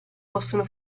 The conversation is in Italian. possono